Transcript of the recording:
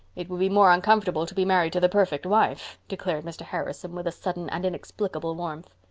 it would be more uncomfortable to be married to the perfect wife, declared mr. harrison, with a sudden and inexplicable warmth.